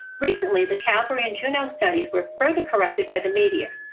recently, the calgary and juno studies were further corrupted by the media.